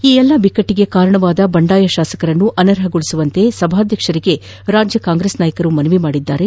ಈ ಎಲ್ಲ ಬಿಕ್ನಟ್ಟಿಗೆ ಕಾರಣವಾದ ಬಂಡಾಯ ಶಾಸಕರನ್ನು ಅನರ್ಹ ಗೊಳಿಸವಂತೆ ಸಭಾಧ್ಯಕ್ಷರಿಗೆ ರಾಜ್ಯ ಕಾಂಗ್ರೆಸ್ ನಾಯಕರು ಮನವಿ ಮಾಡಿದ್ದಾರೆ